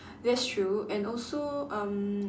that's true and also um